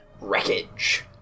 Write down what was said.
Wreckage